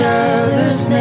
other's